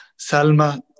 Salma